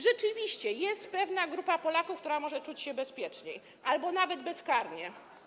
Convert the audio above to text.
Rzeczywiście jest pewna grupa Polaków, która może czuć się bezpieczniej albo nawet bezkarnie.